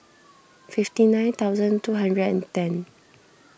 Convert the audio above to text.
fifty nine thousand two hundred and ten